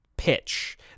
Pitch